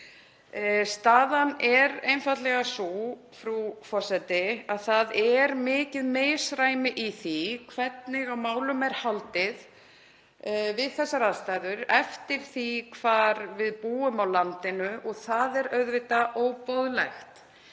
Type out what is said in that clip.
Staðan er einfaldlega sú, frú forseti, að það er mikið misræmi í því hvernig á málum er haldið við þessar aðstæður eftir því hvar við búum á landinu og það er auðvitað óboðlegt.